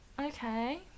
Okay